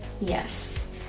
Yes